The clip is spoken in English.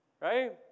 right